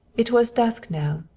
it was dusk now.